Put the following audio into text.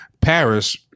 paris